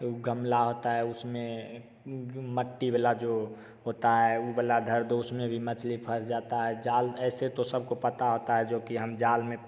ऊ गमला होता है उसमें मट्टी वाला जो होता है ऊ वाला धर दो उसमें भी मछली फँस जाता है जाल ऐसे तो सबको पता होता है जो कि हम जाल में